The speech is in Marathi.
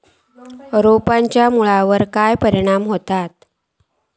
रोपांच्या मुळावर काय परिणाम होतत?